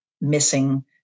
missing